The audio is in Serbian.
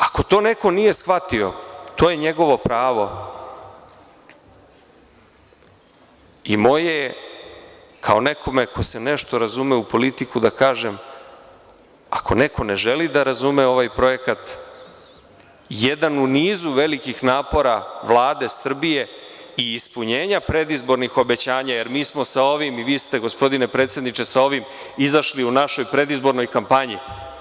Ako to neko nije shvatio, to je njegovo pravo, i moje je, kao neko ko se nešto razume u politiku, da kažem - ako neko ne želi da razume ovaj projekat, jedan u nizu velikih napora Vlade Srbije i ispunjenja predizbornih obećanja, jer mi smo sa ovim, i vi ste gospodine predsedniče sa ovim izašli u našoj predizbornoj kampanji…